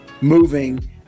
moving